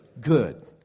good